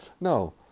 No